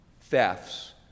thefts